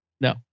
No